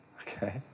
Okay